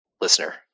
Listener